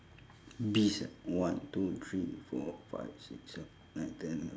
bees ah one two three four five six seven nine ten